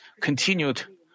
continued